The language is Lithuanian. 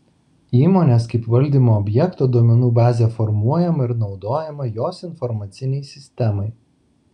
įmonės kaip valdymo objekto duomenų bazė formuojama ir naudojama jos informacinei sistemai